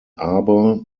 arbor